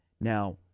Now